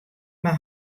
mar